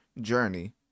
journey